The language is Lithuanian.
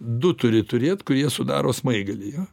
du turi turėt kurie sudaro smaigalį jo